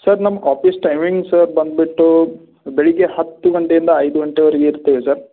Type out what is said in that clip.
sir ನಮ್ಮ office timing sir ಬನ್ಬಿಟ್ಟು ಬೆಳಗ್ಗೆ ಹತ್ತು ಗಂಟೆಯಿಂದ ಐದು ಗಂಟೆವರೆಗೆ ಇರ್ತೇವೆ ಸರ್